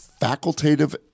facultative